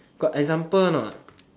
got example not